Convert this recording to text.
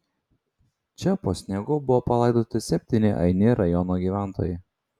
čia po sniegu buvo palaidoti septyni aini rajono gyventojai